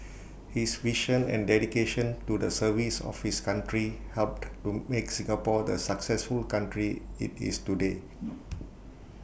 his vision and dedication to the service of his country helped to make Singapore the successful country IT is today